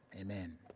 Amen